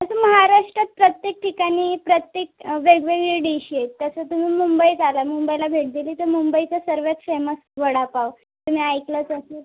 तसं महाराष्ट्रात प्रत्येक ठिकाणी प्रत्येक वेगवेगळी डिश आहे तसं तुम्ही मुंबईत आलात मुंबईला भेट दिली तर मुंबईचं सर्वात फेमस वडापाव तुम्ही ऐकलंच असेल